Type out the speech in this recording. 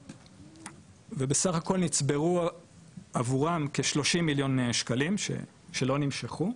ובסך הכל נצברו עבורם כ- 30 מיליון שקלים שלא נמשכו.